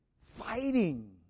Fighting